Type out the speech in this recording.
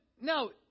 no